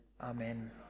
Amen